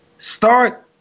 Start